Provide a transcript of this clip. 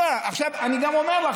אני גם אומר לך,